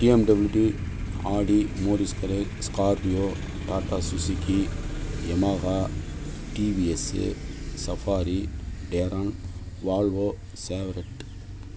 BMW Audi மோடீஸ்ப்ரே Scorpio Tata Suzuki Yamaha TVS Safari டேரன் Volvo சேவரட்